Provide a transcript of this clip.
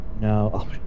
No